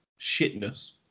shitness